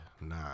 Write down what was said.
nah